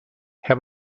herr